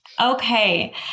Okay